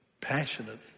Passionate